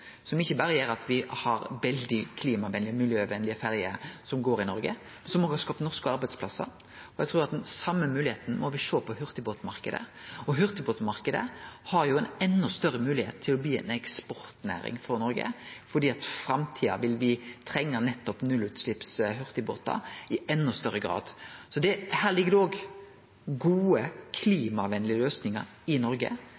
gjer at me har veldig klima- og miljøvenlege ferjer som går i Noreg, og som òg har skapt norske arbeidsplasser. Eg trur me må sjå den same moglegheita i hurtigbåtmarknaden. Og hurtigbåtmarknaden har ei endå større moglegheit til å bli ei eksportnæring for Noreg, fordi me i framtida i endå større grad vil trenge nettopp nullutsleppshurtigbåtar. Så her ligg det gode, klimavenlege løysingar i Noreg,